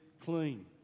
clean